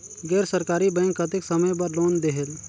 गैर सरकारी बैंक कतेक समय बर लोन देहेल?